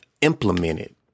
implemented